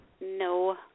No